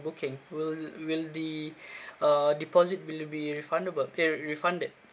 booking will will the uh deposit will be refundable eh refunded